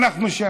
אנחנו שם.